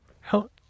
Help